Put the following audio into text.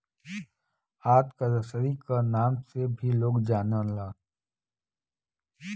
आंत क रसरी क नाम से भी लोग जानलन